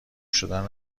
شدن